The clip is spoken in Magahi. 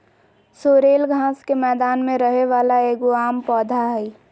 सोरेल घास के मैदान में रहे वाला एगो आम पौधा हइ